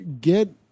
get